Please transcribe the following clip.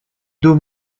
deux